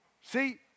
See